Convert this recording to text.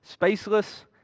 spaceless